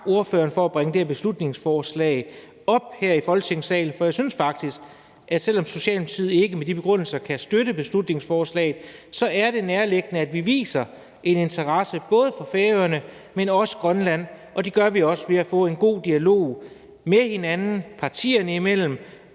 ordføreren for at bringe det her beslutningsforslag op her i Folketingssalen, for jeg synes faktisk, at selv om Socialdemokratiet ikke med de her begrundelser kan støtte beslutningsforslaget, er det nærliggende, at vi viser en interesse både for Færøerne, men også for Grønland. Og det gør vi også ved at få en god dialog med hinanden, partierne imellem